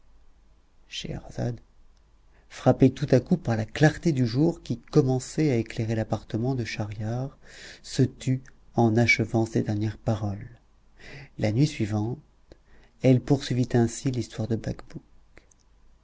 scheherazade frappée tout à coup par la clarté du jour qui commençait à éclairer l'appartement de schahriar se tut en achevant ces dernières paroles la nuit suivante elle poursuivit ainsi l'histoire de bacbouc